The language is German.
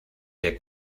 der